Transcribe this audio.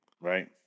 right